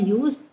use